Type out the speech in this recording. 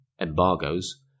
Embargoes